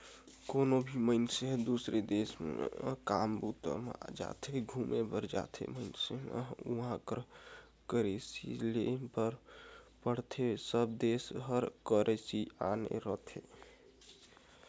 कोनो भी मइनसे दुसर देस म काम बूता म जाथे, घुमे बर जाथे अइसन म उहाँ कर करेंसी लेय बर पड़थे सब देस कर करेंसी आने रहिथे